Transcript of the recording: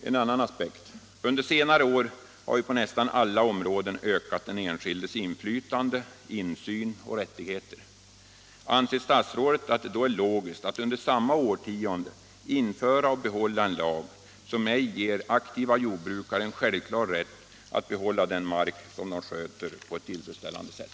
En annan aspekt: Under senare år har vi på nästan alla områden ökat 107 den enskildes inflytande, insyn och rättigheter. Anser statsrådet att det är logiskt att under samma årtionde införa och behålla en lag som ej ger aktiva jordbrukare en självklar rätt att behålla den mark som de sköter på ett tillfredsställande sätt?